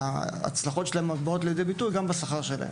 וההצלחות שלהם באות לידי ביטוי גם בשכר שלהם.